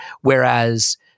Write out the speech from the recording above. whereas